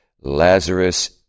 Lazarus